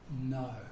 No